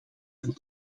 een